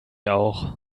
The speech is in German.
auch